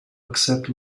accept